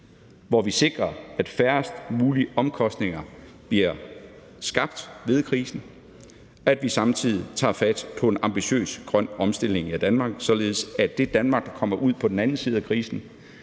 krisen, at færrest mulige omkostninger bliver skabt ved krisen, og hvor vi samtidig tager fat på en ambitiøs grøn omstilling af Danmark, således at det Danmark, der kommer ud på den anden side af krisen,